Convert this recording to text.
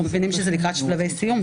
אנחנו מבינים שזה לקראת שלבי סיום,